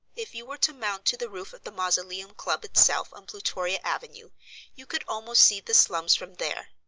if you were to mount to the roof of the mausoleum club itself on plutoria avenue you could almost see the slums from there.